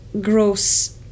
gross